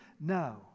No